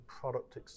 product